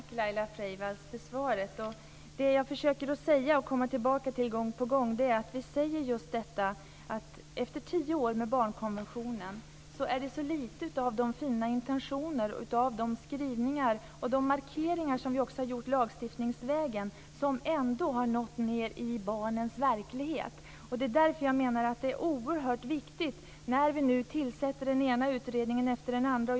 Herr talman! Tack för svaret, Laila Freivalds! Det jag försöker säga och komma tillbaka till gång på gång är att vi säger just detta att efter tio år med barnkonventionen är det så lite av de fina intentioner, de skrivningar och de markeringar som vi har gjort lagstiftningsvägen som har nått ned i barnens verklighet. Det är oerhört viktigt när vi nu tillsätter den ena utredningen efter den andra.